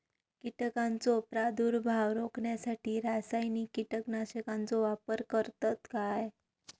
कीटकांचो प्रादुर्भाव रोखण्यासाठी रासायनिक कीटकनाशकाचो वापर करतत काय?